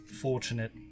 fortunate